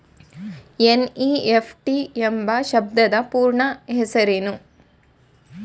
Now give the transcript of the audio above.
NEFT ಎಂಬ ಶಬ್ದದ ಪೂರ್ಣ ಹೆಸರೇನು?